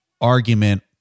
argument